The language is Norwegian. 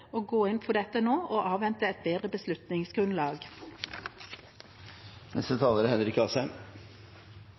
gå inn for dette nå, og avvente et bedre beslutningsgrunnlag.